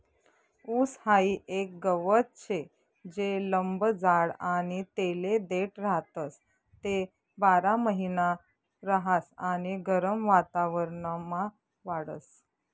ऊस हाई एक गवत शे जे लंब जाड आणि तेले देठ राहतस, ते बारामहिना रहास आणि गरम वातावरणमा वाढस